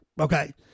okay